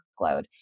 workload